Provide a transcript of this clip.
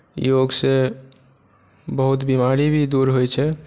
योगसँ बहुत बीमारी भी दूर होइत छै